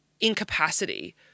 incapacity